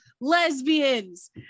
lesbians